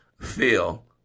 feel